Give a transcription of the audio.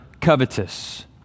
covetous